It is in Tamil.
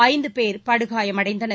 ஐந்து பேர் படுகாயமடைந்தனர்